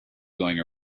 going